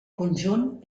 conjunt